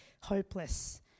hopeless